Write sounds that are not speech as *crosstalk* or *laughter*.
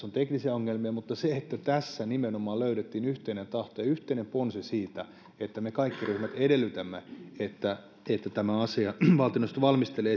*unintelligible* on teknisiä ongelmia mutta tässä nimenomaan löydettiin yhteinen tahto ja yhteinen ponsi siitä että me kaikki ryhmät edellytämme että valtioneuvosto valmistelee *unintelligible*